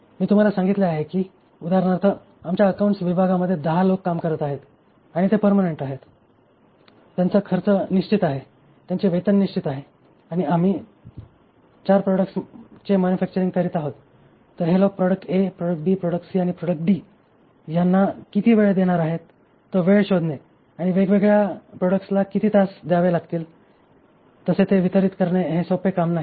मी तुम्हाला सांगितले आहे की उदाहरणार्थ आमच्या अकाउंट्स विभागामध्ये 10 लोक काम करत आहेत आणि ते पर्मनंट आहेत त्यांचा खर्च निश्चित आहे त्यांचे वेतन निश्चित आहे आणि आम्ही 4 प्रॉडक्ट्सचे मॅन्युफॅक्चअरिंग करीत आहोत तर हे लोक product A product B product C आणि प्रॉडक्ट D यांना किती वेळ देणार आहे तो वेळ शोधणे आणि वेगवेगळ्या प्रोडक्ट्सला किती तास लागतील ते वितरीत करणे हे सोपे काम नाही